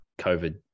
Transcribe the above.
COVID